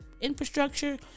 infrastructure